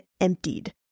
emptied